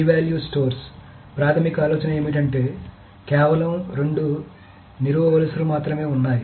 key value stores ప్రాథమిక ఆలోచన ఏమిటంటే కేవలం రెండు నిలువు వరుసలు మాత్రమే ఉన్నాయి